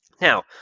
Now